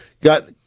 Got